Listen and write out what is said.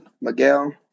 Miguel